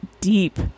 deep